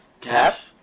Cash